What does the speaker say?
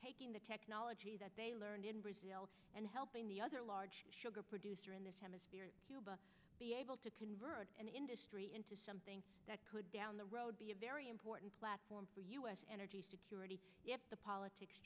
taking the technology that they learned in brazil and helping the other large sugar producer in this hemisphere be able to convert an industry into something that could down the road be a very important platform for us energy security the politics